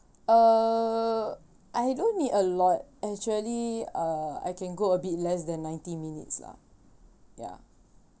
uh I don't need a lot actually uh I can go a bit less than ninety minutes lah ya